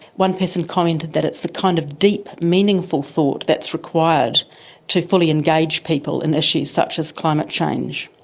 one person commented that it's the kind of deep meaningful thought that's required to fully engage people in issues such as climate change.